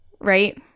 right